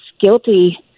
guilty